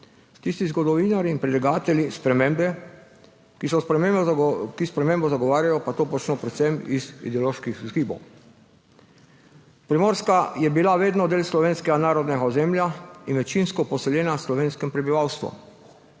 Tisti zgodovinarji in predlagatelji spremembe, ki spremembo zagovarjajo, pa to počno predvsem iz ideoloških vzgibov. Primorska je bila vedno del slovenskega narodnega ozemlja in večinsko poseljena s slovenskim prebivalstvom,